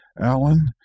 Alan